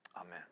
Amen